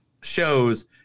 shows